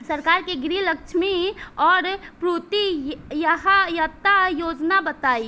सरकार के गृहलक्ष्मी और पुत्री यहायता योजना बताईं?